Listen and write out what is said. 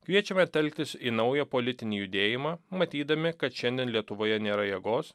kviečiame telktis į naują politinį judėjimą matydami kad šiandien lietuvoje nėra jėgos